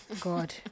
God